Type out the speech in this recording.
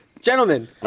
gentlemen